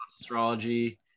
astrology